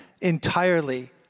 entirely